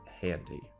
handy